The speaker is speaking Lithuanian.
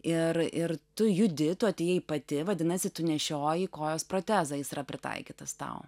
ir ir tu judi tu atėjai pati vadinasi tu nešioji kojos protezą jis yra pritaikytas tau